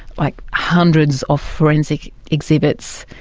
like hundreds of forensic exhibits.